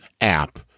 app